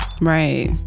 right